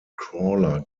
crawler